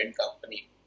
company